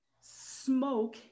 smoke